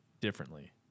differently